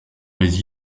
les